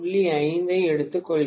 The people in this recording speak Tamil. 5 ஐ எடுத்துக் கொள்கிறது